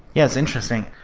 yes, interesting.